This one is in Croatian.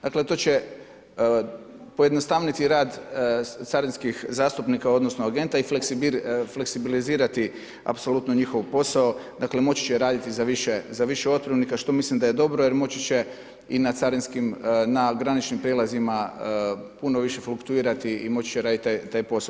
Dakle to će pojednostaviti rad carinskih zastupnika, odnosno agenta i fleksibilizirati apsolutno njihov posao dakle moći će raditi za više otpremnika što mislim da je dobro jer moći će na graničnim prijelazima puno više fluktuirati i moći će raditi taj posao.